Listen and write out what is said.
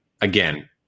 again